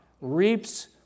Reaps